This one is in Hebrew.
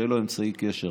שיהיה לו אמצעי קשר.